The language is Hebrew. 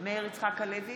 מאיר יצחק הלוי,